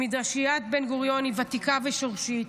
ממדרשיית בן-גוריון, היא ותיקה ושורשית,